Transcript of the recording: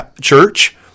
church